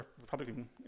Republican